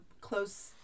close